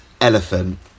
Elephant